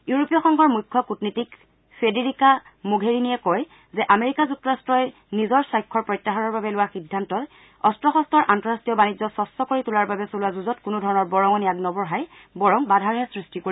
ইউৰোপীয় সংঘৰ মুখ্য কুটনীতিক ফেডিৰিকা মোঘেৰিনীয়ে কয় যে আমেৰিকা যুক্তৰাট্ট যুক্তৰাট্টই নিজৰ স্বাক্ষৰ প্ৰত্যাহাৰৰ বাবে লোৱা সিদ্ধান্তই অস্ত্ৰ শস্ত্ৰ আন্তঃৰাষ্ট্ৰীয় বাণিজ্য স্বছ্ কৰি তোলাৰ বাবে চলোৱা যুঁজত কোনো ধৰণৰ বৰঙণি আগনবঢ়ায় বৰং বাধাৰহে সৃষ্টি কৰিব